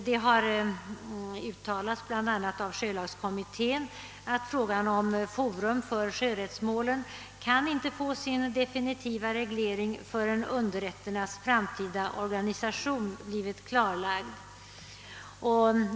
Det har uttalats, bl.a. av sjölagskommittén, att frågan om forum för sjörättsmålen inte kan få sin definitiva reglering förrän underrätternas framtida organisation blivit klarlagd.